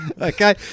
Okay